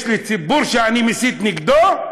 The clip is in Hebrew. יש לי ציבור שאני מסית נגדו,